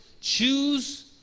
choose